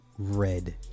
red